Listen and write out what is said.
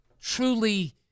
truly